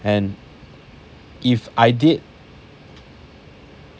and if I did